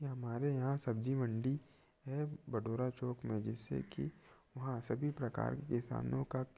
हमारे यहाँ सब्ज़ी मंडी है बडोरा चौक में जिससे कि वहाँ सभी प्रकार के किसानों का